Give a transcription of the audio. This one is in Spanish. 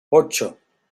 ocho